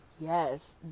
yes